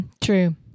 True